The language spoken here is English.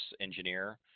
engineer